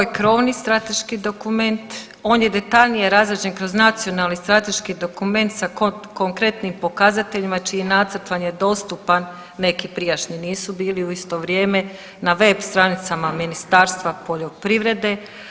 Ovo je krovni strateški dokument, on je detaljnije razrađen kroz nacionalni strateški dokument sa konkretnim pokazateljima čiji nacrt vam je dostupan, neki prijašnji nisu bili u isto vrijeme, na web stranicama Ministarstva poljoprivrede.